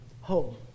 home